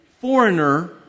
foreigner